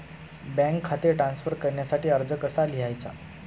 Bank खाते transfer करण्यासाठी अर्ज कसा लिहायचा?